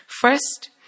First